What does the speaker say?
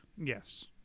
Yes